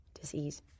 disease